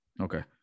Okay